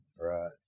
Right